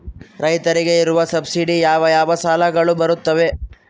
ರೈತರಿಗೆ ಇರುವ ಸಬ್ಸಿಡಿ ಯಾವ ಯಾವ ಸಾಲಗಳು ಬರುತ್ತವೆ?